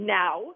now